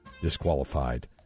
disqualified